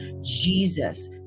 Jesus